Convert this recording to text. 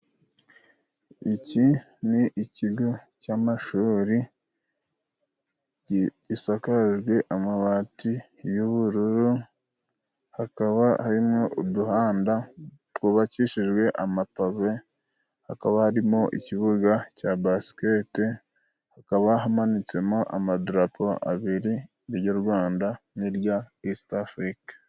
Iki ni ikigo cy'amashuri gisakajwe amabati y'ubururu，hakaba harimo uduhanda twubakishijwe amapave，hakaba harimo ikibuga cya basikete，hakaba hamanitsemo amadarapo abiri，iry 'u Rwanda n'irya Isitafurika.